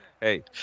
Hey